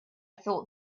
thought